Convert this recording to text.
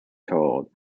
told